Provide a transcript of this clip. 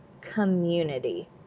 community